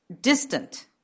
distant